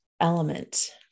element